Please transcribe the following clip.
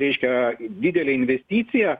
reiškia didelė investicija